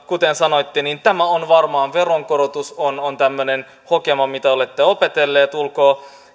tämä minkä sanoitte tämä on varmaan veronkorotus on on tämmöinen hokema mitä olette opetellut ulkoa